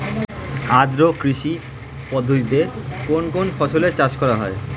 আদ্র কৃষি পদ্ধতিতে কোন কোন ফসলের চাষ করা হয়?